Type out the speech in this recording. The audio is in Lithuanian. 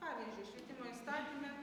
pavyzdžiui švietimo įstatyme